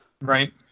Right